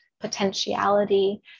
potentiality